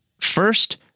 First